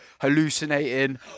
hallucinating